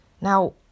Now